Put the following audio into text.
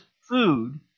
food